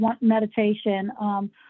meditation